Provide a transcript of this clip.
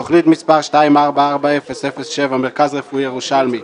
חדשים, תוכנית מס' 244007 - מרכז רפואי ירושלמי,